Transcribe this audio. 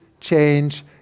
change